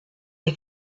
est